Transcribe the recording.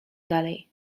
dalej